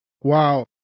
Wow